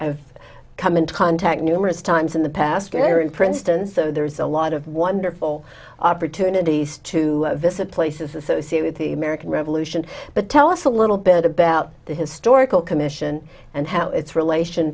e come into contact numerous times in the past year in princeton so there's a lot of wonderful opportunities to visit places associate with the american revolution but tell us a little bit about the historical commission and how its relation